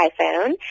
iPhone